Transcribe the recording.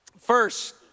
First